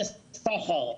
זה סחר,